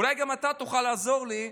אולי גם אתה תוכל לעזור לי.